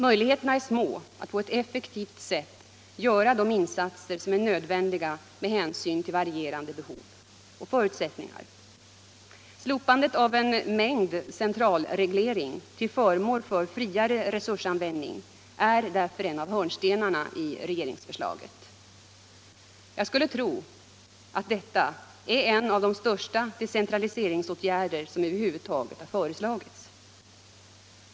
Möjligheterna är små att 21 maj 1976 på ett effektivt sätt göra de insatser som är nödvändiga med hänsyn — till varierande behov och förutsättningar. Slopandet av en mängd centralt — Skolans inre arbete reglerade åtgärder till förmån för friare resursanvändning är därför en — m.m. av hörnstenarna i regeringsförslaget. Jag skulle tro att detta är en av de största decentraliseringsåtgärder som över huvud taget har föreslagits.